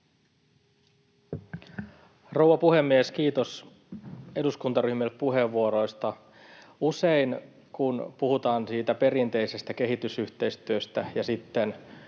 Rouva puhemies! Kiitos eduskuntaryhmille puheenvuoroista. Usein, kun puhutaan siitä perinteisestä kehitysyhteistyöstä ja sitten